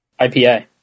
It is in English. IPA